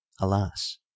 Alas